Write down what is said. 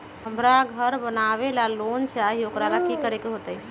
हमरा घर बनाबे ला लोन चाहि ओ लेल की की करे के होतई?